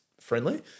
friendly